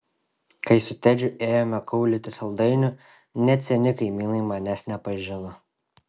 kai su tedžiu ėjome kaulyti saldainių net seni kaimynai manęs nepažino